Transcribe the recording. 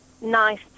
nice